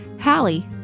hallie